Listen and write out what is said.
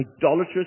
idolatrous